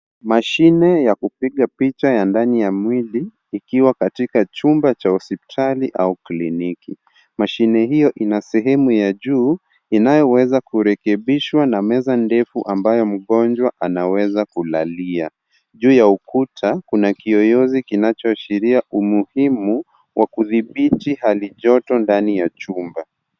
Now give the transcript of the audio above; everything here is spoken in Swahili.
Mashine ya kupiga picha ya ndani ya mwili ikiwa katika chumba cha hospitali au kliniki. Mashine hio ina sehemu ya juu inayoweza kurekebishwa na meza ndefu ambayo mgonjwa anaweza kulalia. Juu ya ukuta kuna kiyoyozi kinachoashiria umuhimu wa kudhibiti hali joto ndani ya chumba.